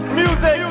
music